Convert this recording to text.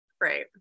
right